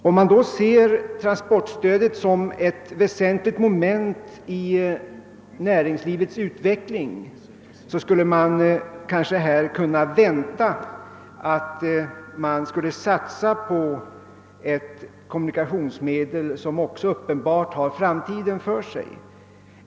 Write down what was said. Om vi ser transportstödet som ett väsentligt moment i näringslivets utveckling, skulle vi kanske kunna vänta, att man skulle satsa på ett kommunikationsmedel som särskilt har framtiden för sig.